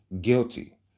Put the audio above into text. guilty